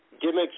Gimmicks